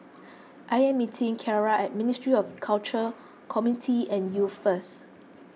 I am meeting Kierra at Ministry of Culture Community and Youth first